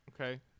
Okay